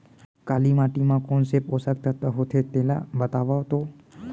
काली माटी म कोन से पोसक तत्व होथे तेला बताओ तो?